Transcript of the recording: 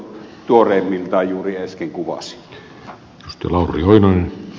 sihto tuoreimmiltaan juuri äsken kuvasi